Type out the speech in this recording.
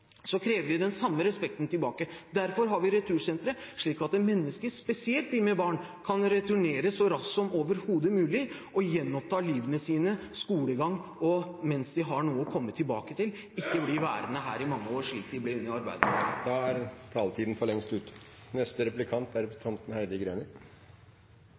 så krever vi den samme respekten tilbake. Derfor har vi retursentre, slik at mennesker, spesielt de med barn, kan returnere så raskt som overhodet mulig og gjenoppta livet sitt, og skolegang, mens de har noe å komme tilbake til, og ikke bli værende her i mange år, slik de ble under Arbeiderpartiet. Jeg mener å ha registrert at Fremskrittspartiets syn er